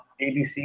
ABC